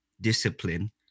discipline